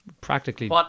practically